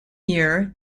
year